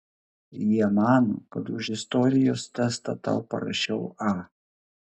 jie mano kad už istorijos testą tau parašiau a